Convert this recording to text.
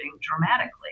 dramatically